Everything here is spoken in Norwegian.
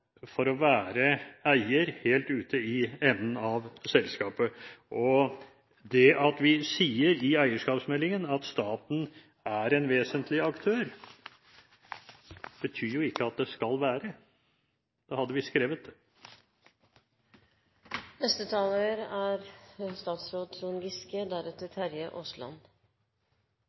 for å være eier, helt ute i enden av selskapet. Det at vi sier i forbindelse med eierskapsmeldingen, at staten er en vesentlig aktør, betyr jo ikke at den skal være det, da hadde vi skrevet det. Jeg er i hvert fall som statsråd